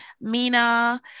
Mina